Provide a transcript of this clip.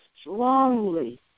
strongly